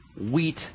wheat